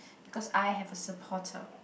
because I have a supporter